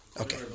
Okay